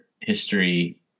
history